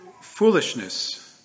foolishness